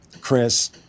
Chris